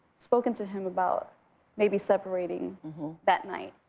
spoken to him about maybe separating that night.